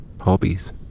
Hobbies